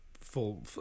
full